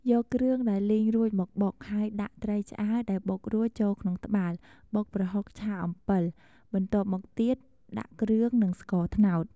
យកគ្រឿងដែលលីងរួចមកបុក ហើយដាក់ត្រីឆ្អើរដែលបុករួចចូលក្នុងត្បាល់បុកប្រហុកឆាអំពិល បន្ទាប់មកទៀតដាក់គ្រឿងនិងស្ករត្នោត។